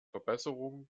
verbesserung